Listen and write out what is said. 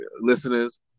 listeners